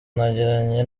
nagiranye